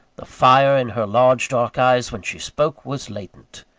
the fire in her large dark eyes, when she spoke, was latent.